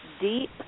deep